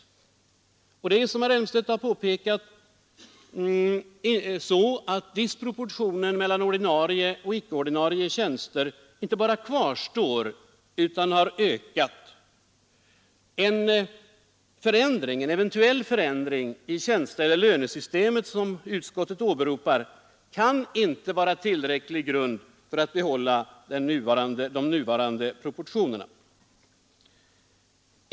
Som herr Elmstedt framhöll, är det så att disproportionen mellan ordinarie och icke-ordinarie tjänster inte bara kvarstår utan har ökat. En eventuell förändring i tjänsteoch lönesystemet, som utskottet åberopar, kan inte vara tillräcklig grund för att behålla de nuvarande proportionerna.